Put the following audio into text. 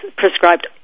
prescribed